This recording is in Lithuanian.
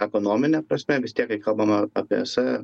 ekonomine prasme vis tiek kai kalbama apie es